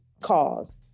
cause